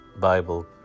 Bible